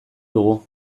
dugu